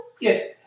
Yes